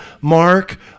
Mark